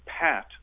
pat